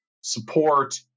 support